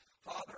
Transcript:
Father